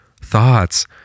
thoughts